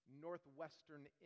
northwestern